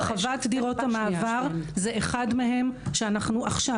הרחבת דירות המעבר זה אחד מהם שאנחנו עכשיו